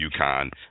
uconn